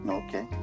okay